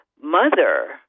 mother